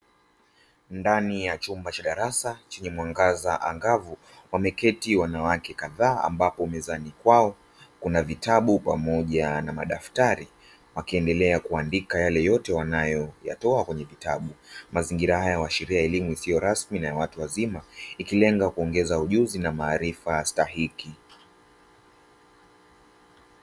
Ndani ya chumba cha darasa chenye mwangaza angavu wameketi wanawake kadhaa ambapo mezani kwao kuna vitabu pamoja na madaftari, wakiendelea kuandika yale yote wanayoyatoa kwenye vitabu. Mazingira haya huashiria elimu isio rasmi na ya watu wazima ikilenga kuongeza ujuzi na maarifa stahiki.